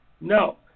No